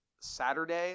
Saturday